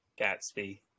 Gatsby